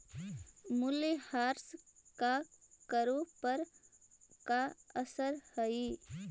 मूल्यह्रास का करों पर का असर हई